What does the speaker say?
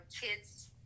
kids